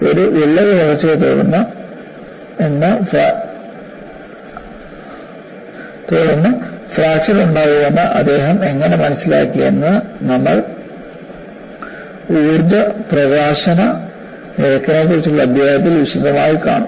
ഒരു വിള്ളൽ വളർച്ചയെ തുടർന്ന് ഫ്രാക്ചർ ഉണ്ടാകുമെന്ന് അദ്ദേഹം എങ്ങനെ മനസ്സിലാക്കി എന്ന് നമ്മൾ ഊർജ്ജ പ്രകാശന നിരക്കിനെക്കുറിച്ചുള്ള അധ്യായത്തിൽ വിശദമായി കാണും